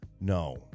No